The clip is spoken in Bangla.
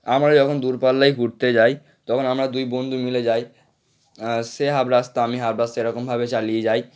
আমরা যখন দূরপাল্লায় ঘুরতে যাই তখন আমরা দুই বন্ধু মিলে যাই সে হাফ রাস্তা আমি হাফ রাস্তা এরকমভাবে চালিয়ে যাই